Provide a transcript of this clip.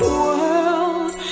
world